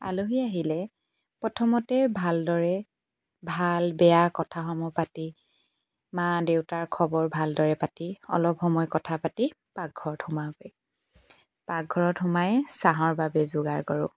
আলহী আহিলে প্ৰথমতে ভালদৰে ভাল বেয়া কথাসমূহ পাতি মা দেউতাৰ খবৰ ভালদৰে পাতি অলপ সময় কথা পাতি পাকঘৰত সোমাওঁগৈ পাকঘৰত সোমাই চাহৰ বাবে যোগাৰ কৰোঁ